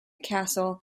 castle